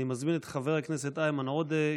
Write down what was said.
אני מזמין את חבר הכנסת איימן עודה,